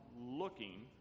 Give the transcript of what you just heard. looking